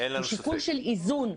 הוא שיקול גם של איזון.